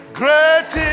great